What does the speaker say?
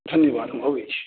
धन्यवाद हम आबै छी